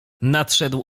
nadszedł